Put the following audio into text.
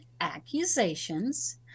accusations